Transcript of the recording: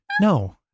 No